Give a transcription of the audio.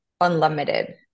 unlimited